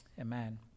Amen